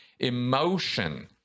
emotion